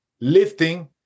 lifting